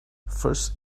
first